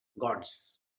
gods